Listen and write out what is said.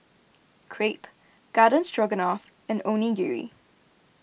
Crepe Garden Stroganoff and Onigiri